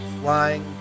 flying